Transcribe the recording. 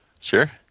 sure